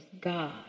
God